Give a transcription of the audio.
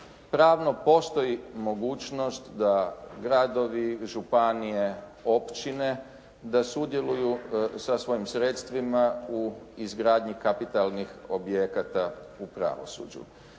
pravno postoji mogućnost da gradovi, županije, općine, da sudjeluju sa svojim sredstvima u izgradnji kapitalnih objekata u pravosuđu.